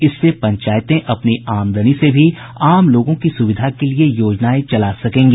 इससे पंचायतें अपनी आमदनी से भी आम लोगों की सुविधा के लिए योजनाएं चला सकेंगी